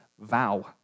vow